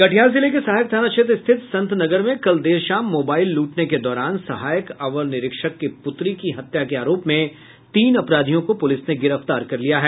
कटिहार जिले के सहायक थाना क्षेत्र स्थित संत नगर में कल देर शाम मोबाईल लूटने के दौरान सहायक अवर निरीक्षक की पुत्री के हत्या के आरोप में तीन अपराधियों को पुलिस ने गिरफ्तार कर लिया है